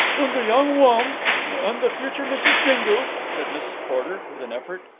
the young wom and the future mrs. dingle's, said mrs. porter with an effort.